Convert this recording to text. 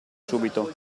subito